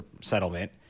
settlement